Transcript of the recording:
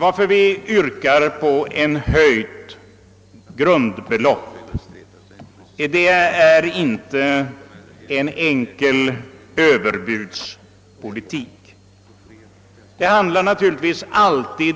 Vårt yrkande om ett höjt grundbelopp utgör inte någon enkel överbudspolitik. Det handlar naturligtvis alltid